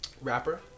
rapper